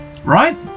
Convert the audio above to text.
Right